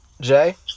Jay